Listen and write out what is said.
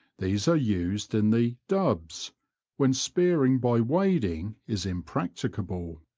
these are used in the dubs when spearing by wading is impracticable.